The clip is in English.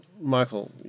Michael